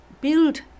build